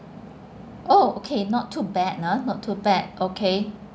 oh okay not too bad ah not too bad okay